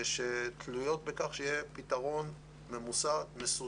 שתלויות בכך שיהיה פתרון מסודר